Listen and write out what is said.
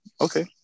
okay